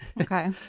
Okay